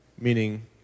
meaning